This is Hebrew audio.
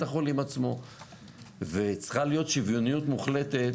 החולים עצמו וצריכה להיות שוויוניות מוחלטת,